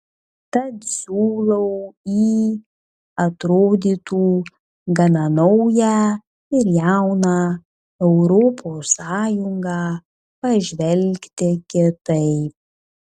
tad siūlau į atrodytų gana naują ir jauną europos sąjungą pažvelgti kitaip